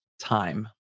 time